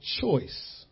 choice